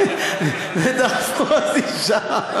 ודחפו אותי שם.